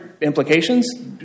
implications